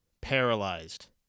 paralyzed